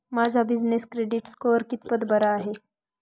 माझा business credit score कितपत बरा आहे?